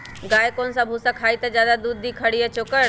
गाय कौन सा भूसा खाई त ज्यादा दूध दी खरी या चोकर?